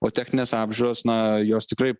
o techninės apžiūros na jos tikrai